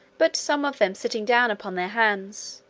but some of them sitting down upon their hams,